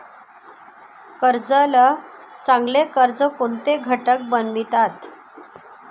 कर्जाला चांगले कर्ज कोणते घटक बनवितात?